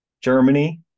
Germany